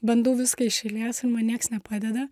bandau viską iš eilės ir man nieks nepadeda